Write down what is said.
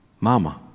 Mama